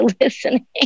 listening